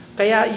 kaya